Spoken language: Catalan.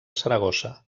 saragossa